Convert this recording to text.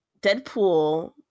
Deadpool